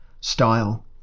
style